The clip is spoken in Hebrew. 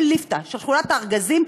של ליפתא,